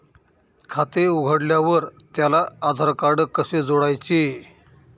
खाते उघडल्यावर त्याला आधारकार्ड कसे जोडायचे?